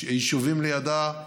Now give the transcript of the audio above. היישובים לידה,